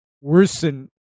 worsen